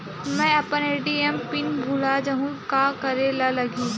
मैं अपन ATM pin भुला जहु का करे ला लगही?